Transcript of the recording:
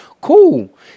cool